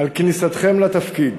על כניסתכם לתפקיד.